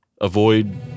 avoid